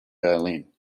berlin